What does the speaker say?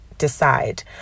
decide